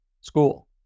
school